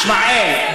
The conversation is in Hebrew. ישמעאל,